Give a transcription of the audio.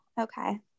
Okay